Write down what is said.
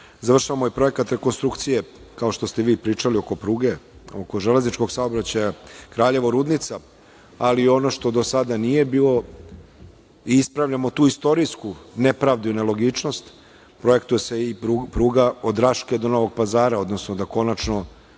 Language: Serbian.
ovaj projekat rekonstrukcije, kao što ste vi pričali, oko pruge, oko železničkog saobraćaja Kraljevo-Rudnica, ali ono što do sada nije bilo i ispravljamo tu istorijsku nepravdu i nelogičnost, projektuje se i pruga od Raške do Novog Pazara, odnosno da konačno